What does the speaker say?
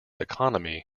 economy